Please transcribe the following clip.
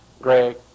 Greg